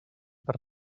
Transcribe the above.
per